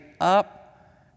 up